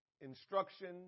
instruction